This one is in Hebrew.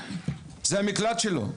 מדינת ישראל היא המקלט שלו.